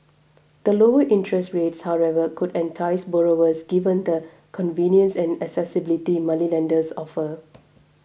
the lower interests rates however could entice borrowers given the convenience and accessibility moneylenders offer